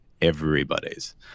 Everybody's